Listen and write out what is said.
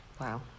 Wow